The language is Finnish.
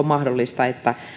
mahdollista että